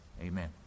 Amen